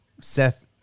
Seth